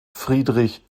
friedrich